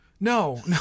No